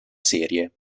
serie